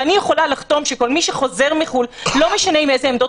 ואני יכולה לחתום שכל מי שחוזר מחו"ל לא משנה עם איזה עמדות